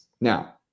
Now